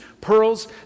pearls